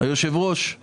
אתה